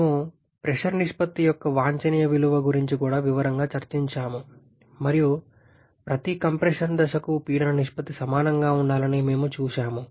మేము ప్రెషర్ నిష్పత్తి యొక్క వాంఛనీయ విలువ గురించి కూడా వివరంగా చర్చించాము మరియు ప్రతి కంప్రెషన్ దశకు పీడన నిష్పత్తి సమానంగా ఉండాలని మేము చూశాము